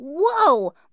whoa